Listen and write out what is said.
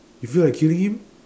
you feel like killing him